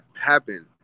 happen